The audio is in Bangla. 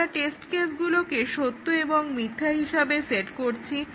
আমরা টেস্ট কেসগুলোকে সত্য এবং মিথ্যা হিসেবে সেট করছি